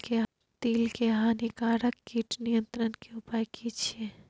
तिल के हानिकारक कीट नियंत्रण के उपाय की छिये?